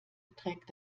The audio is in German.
trägt